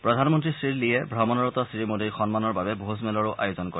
প্ৰধানমন্নী শ্ৰীলীয়ে শ্ৰমণৰত শ্ৰীমোদীৰ সন্মানৰ বাবে ভোজমেলৰো আয়োজন কৰে